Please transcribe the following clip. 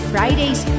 Fridays